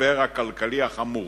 מהמשבר הכלכלי החמור